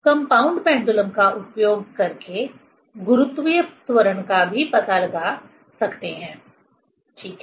compound pendulum का उपयोग करके गुरुत्वीय त्वरण का भी पता लगा सकते हैं ठीक है